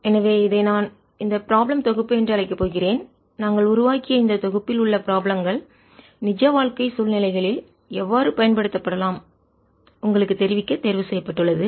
எனவே இதை நான் இந்த ப்ராப்ளம் தொகுப்பு என்று அழைக்கப் போகிறேன் நாங்கள் உருவாக்கிய இந்தத் தொகுப்பில் உள்ள ப்ராப்ளம் கள் நிஜ வாழ்க்கை சூழ்நிலைகளில் எவ்வாறு பயன்படுத்தப்படலாம் உங்களுக்குத் தெரிவிக்க தேர்வு செய்யப்பட்டுள்ளது